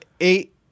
eight